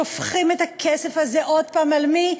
שופכים את הכסף הזה עוד פעם על מי?